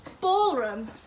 Ballroom